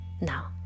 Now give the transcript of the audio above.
Now